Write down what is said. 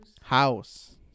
House